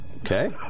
Okay